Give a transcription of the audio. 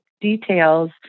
details